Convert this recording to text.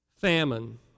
Famine